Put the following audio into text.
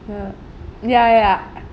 ya ya ya ya